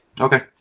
Okay